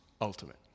ultimate